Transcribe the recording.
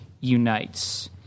unites